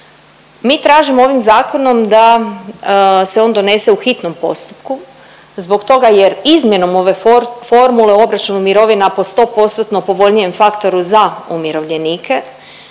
Mi tražimo ovim zakonom da se on donese u hitnom postupku zbog toga jer izmjenom ove for… formule u obračunu mirovina po 100%-tno povoljnijem faktoru za umirovljenike